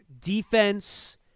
defense